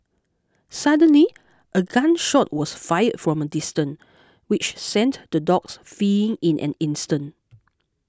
suddenly a gun shot was fired from a distance which sent the dogs fleeing in an instant